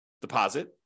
deposit